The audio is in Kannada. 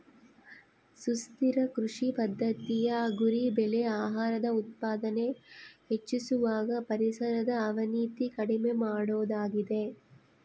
ಸುಸ್ಥಿರ ಕೃಷಿ ಪದ್ದತಿಯ ಗುರಿ ಬೆಳೆ ಆಹಾರದ ಉತ್ಪಾದನೆ ಹೆಚ್ಚಿಸುವಾಗ ಪರಿಸರದ ಅವನತಿ ಕಡಿಮೆ ಮಾಡೋದಾಗಿದೆ